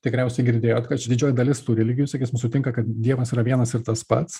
tikriausiai girdėjot didžioji dalis tų religijų sakysim sutinka kad dievas yra vienas ir tas pats